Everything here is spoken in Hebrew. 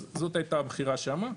אז זאת הייתה הבחירה שם.